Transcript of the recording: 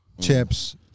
chips